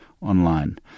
online